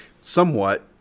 somewhat